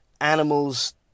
Animals